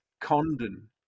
Condon